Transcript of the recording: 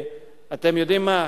אתם יודעים מה?